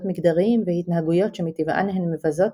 מגדריים והתנהגויות שמטבען הן מבזות,